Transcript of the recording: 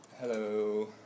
hello